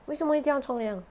为什么你将冲凉